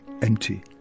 empty